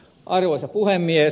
arvoisa puhemies